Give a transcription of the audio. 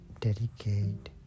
dedicate